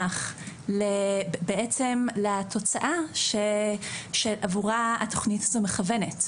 בעצם לתוצאה שעבורה התכנית הזו מכוונת.